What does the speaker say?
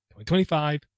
2025